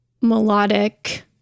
melodic